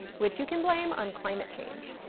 which you can blame on climate change.